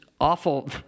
awful